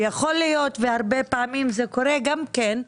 ויכול להיות, והרבה פעמים זה קורה גם כן,